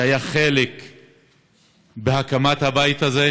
שהיה חלק בהקמת הבית הזה,